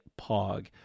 Pog